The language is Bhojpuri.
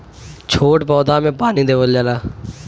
छोट पौधा में पानी देवल जाला